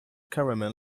caramel